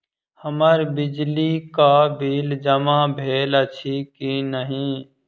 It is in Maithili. हम्मर बिजली कऽ बिल जमा भेल अछि की नहि?